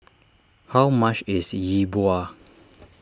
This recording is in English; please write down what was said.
how much is Yi Bua